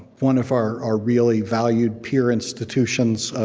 one of our our really valued peer institutions,